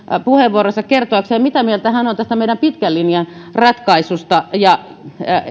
puheenvuoronsa kertoakseen mitä mieltä hän on tästä meidän pitkän linjan ratkaisustamme ja